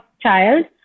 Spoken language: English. child